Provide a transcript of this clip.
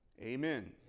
amen